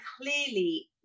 clearly